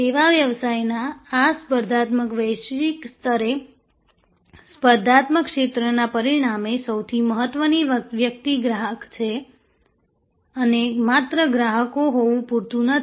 સેવા વ્યવસાયના આ સ્પર્ધાત્મક વૈશ્વિક સ્તરે સ્પર્ધાત્મક ક્ષેત્રના પરિણામે સૌથી મહત્વની વ્યક્તિ ગ્રાહક છે અને માત્ર ગ્રાહકો હોવું પૂરતું નથી